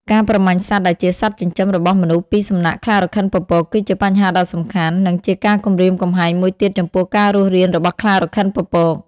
ការប្រមាញ់សត្វដែលជាសត្វចិញ្ចឹមរបស់មនុស្សពីសំណាក់ខ្លារខិនពពក គឺជាបញ្ហាដ៏សំខាន់ និងជាការគំរាមកំហែងមួយទៀតចំពោះការរស់រានរបស់ខ្លារខិនពពក ។